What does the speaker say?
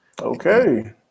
Okay